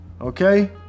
okay